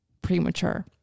premature